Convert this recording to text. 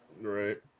Right